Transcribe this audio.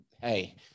hey